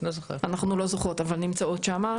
אנחנו לא זוכרות אבל נמצאים שם,